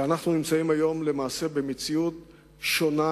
והיום אנחנו נמצאים למעשה במציאות שונה,